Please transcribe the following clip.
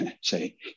Say